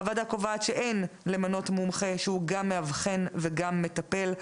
הוועדה קובעת שאין למנות מומחה שהוא גם מאבחן וגם מטפל,